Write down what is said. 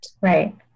Right